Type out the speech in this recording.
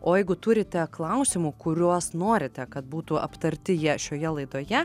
o jeigu turite klausimų kuriuos norite kad būtų aptarti jie šioje laidoje